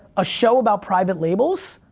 a show about private labels,